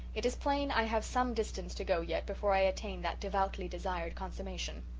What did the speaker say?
it is plain i have some distance to go yet before i attain that devoutly desired consummation.